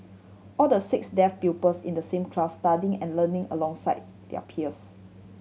all the six deaf pupils in the same class studying and learning alongside their peers